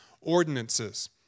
ordinances